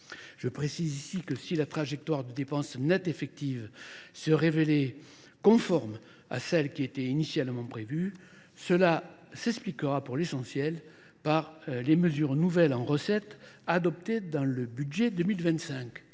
Je précise ici que si la trajectoire de dépenses net effective se révélait conforme à celle qui était initialement prévue, cela s'expliquera pour l'essentiel par les mesures nouvelles en recette adoptées dans le budget 2025.